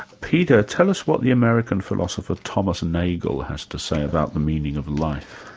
peter, tell us what the american philosopher thomas nagel has to say about the meaning of life.